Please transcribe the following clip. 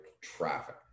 traffic